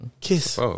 kiss